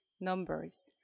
numbers